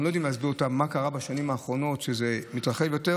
אנחנו לא יודעים להסביר מה קרה בשנים האחרונות שזה מתרחב יותר,